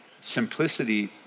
simplicity